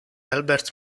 albert